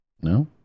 No